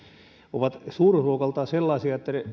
ovat suuruusluokaltaan sellaisia että